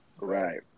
right